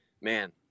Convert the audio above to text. man